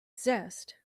zest